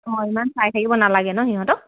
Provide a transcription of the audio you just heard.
অঁ ইমান চাই থাকিব নালাগে ন সিহঁতক